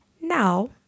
Now